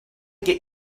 get